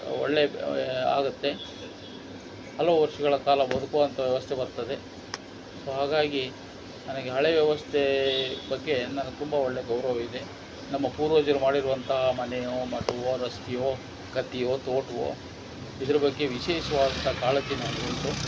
ಒಳ್ಳೇದು ಆಗುತ್ತೆ ಹಲವು ವರ್ಷಗಳ ಕಾಲ ಬದುಕುವಂಥ ವ್ಯವಸ್ಥೆ ಬರ್ತದೆ ಸೊ ಹಾಗಾಗಿ ನನಗೆ ಹಳೆಯ ವ್ಯವಸ್ಥೆ ಬಗ್ಗೆ ನ ತುಂಬ ಒಳ್ಳೆಯ ಗೌರವವಿದೆ ನಮ್ಮ ಪೂರ್ವಜರು ಮಾಡಿರುವಂತಹ ಮನೆಯೋ ಮಠವೋ ರಸ್ತೆಯೋ ಗದ್ದೆಯೋ ತೋಟವೋ ಇದ್ರ ಬಗ್ಗೆ ವಿಶೇಷವಾದಂಥ ಕಾಳಜಿ ನನಗುಂಟು